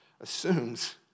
assumes